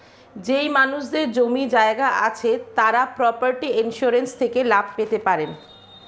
যেই মানুষদের জমি জায়গা আছে তারা প্রপার্টি ইন্সুরেন্স থেকে লাভ পেতে পারেন